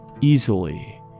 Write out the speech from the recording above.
easily